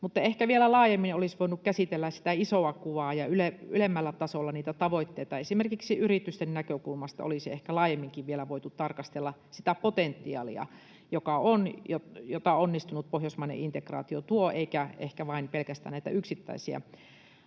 asiat. Ehkä vielä laajemmin olisi voinut käsitellä sitä isoa kuvaa ja ylemmällä tasolla niitä tavoitteita. Esimerkiksi yritysten näkökulmasta olisi ehkä laajemminkin vielä voitu tarkastella sitä potentiaalia, jota on ja jota onnistunut pohjoismainen integraatio tuo, eikä ehkä vain pelkästään näitä yksittäisiä